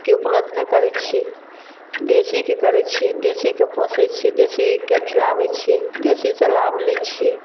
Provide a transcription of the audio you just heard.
के उपलब्ध नहि करैत छियै देशीके करैत छियै देशीके पोसैत छियै देशीके खिलाबैत छियै देशीसँ लाभ लै छियै